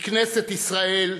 בכנסת ישראל,